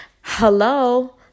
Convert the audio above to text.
hello